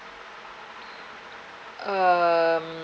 um